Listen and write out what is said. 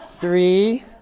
Three